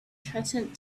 transcend